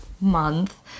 month